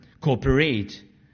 cooperate